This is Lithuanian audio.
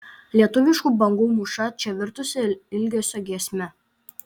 lietuviškų bangų mūša čia virtusi ilgesio giesme